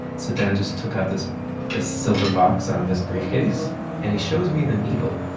so dan just took out this this silver box out of his briefcase and he shows me the needle